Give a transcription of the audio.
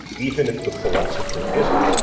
even if the philosopher isn't.